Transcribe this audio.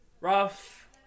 rough